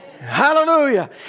hallelujah